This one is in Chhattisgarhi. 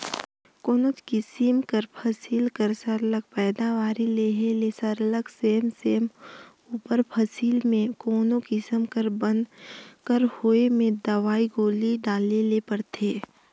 कोनोच किसिम कर फसिल कर सरलग पएदावारी लेहे ले सरलग समे समे उपर फसिल में कोनो किसिम कर बन कर होए में दवई गोली डाले ले परथे